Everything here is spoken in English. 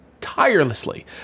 tirelessly